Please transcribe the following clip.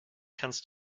kannst